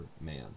man